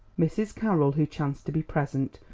mrs. carroll, who chanced to be present,